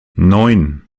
neun